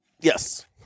Yes